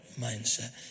mindset